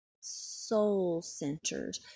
soul-centered